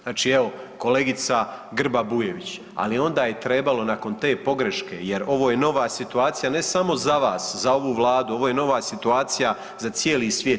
Znači evo kolegica Grba Bujević, ali onda je trebalo nakon te pogreške, jer ovo je nova situacija ne samo za vas, za ovu Vladu, ovo je nova situacija za cijeli svijet.